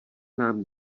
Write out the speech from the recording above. nám